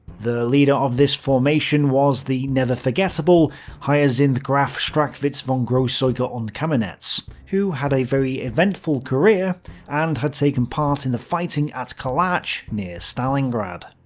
the leader of this formation was the never-forgettable hyacinth graf strachwitz von gross-zauche und camminetz, who had a very eventful career and had taken part in the fighting at kalach near stalingrad.